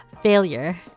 failure